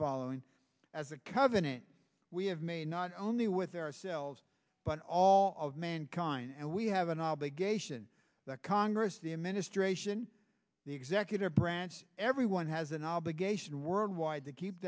following as a covenant we have made not only with ourselves but all of mankind and we have an obligation that congress the administration the executive branch everyone has an obligation worldwide to keep